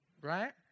right